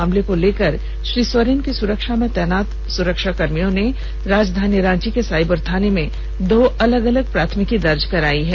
मामले को लेकर श्री सोरेन की सुरक्षा में तैनात सुरक्षाकर्मियों ने राजधानी रांची के साइबर थाने में दो अलग अलग प्राथमिकी दर्ज करायी है